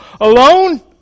Alone